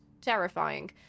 terrifying